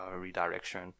redirection